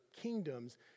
kingdoms